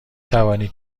توانی